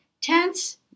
tense